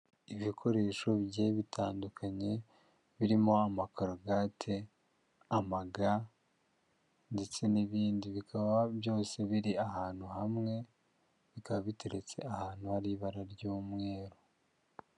Ibikoresho bigiye bitandukanye, birimo: amakarugate, amaga, ndetse n'ibindi, bikaba byose biri ahantu hamwe, bikaba biteretse ahantu hari ibara ry'umweru.